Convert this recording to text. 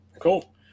Cool